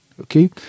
okay